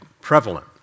prevalent